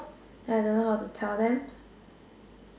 then I don't know how to tell them